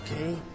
okay